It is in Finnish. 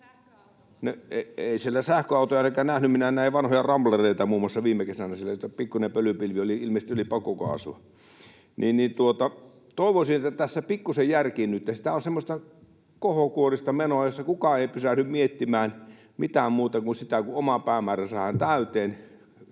Ei siellä sähköautoja ainakaan näkynyt. Minä näin siellä muun muassa vanhoja Ramblereita viime kesänä, ja pikkunen pölypilvi oli, ilmeisesti oli pakokaasua. — Toivoisin, että tässä pikkusen järkiinnytte. Tämä on semmoista kohokuorista menoa, että kukaan ei pysähdy miettimään mitään muuta kuin sitä, että oma päämäärä saadaan täyteen,